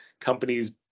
companies